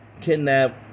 kidnap